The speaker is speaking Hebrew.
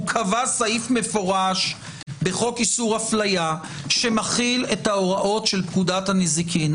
קבע סעיף מפורש בחוק איסור אפליה שמכיל את ההוראות של פקודת הנזיקין.